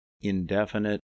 indefinite